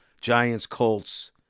Giants-Colts